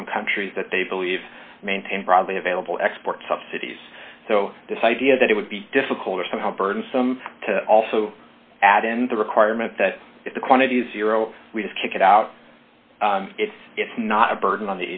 from countries that they believe maintain broadly available export subsidies so this idea that it would be difficult or somehow burdensome to also add in the requirement that if the quantity zero we just kick it out if it's not a burden on